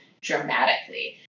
dramatically